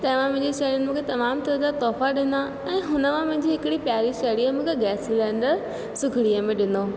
तमामु मुंहिंजी साहिड़ियुनि मूंखे तमामु तरीक़े जा तुहिफ़ा ॾिना ऐं हुन मां मुंहिंजी हिकिड़ी प्यारी साहिड़ीअ मूंखे गैस सिलेंडर सूखिड़ीअ में ॾिनो